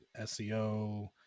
SEO